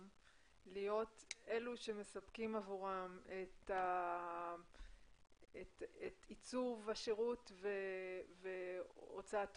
להיות אלו שמספקים עבורן את עיצוב השירות והוצאתו